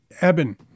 Eben